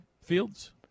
fields